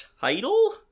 title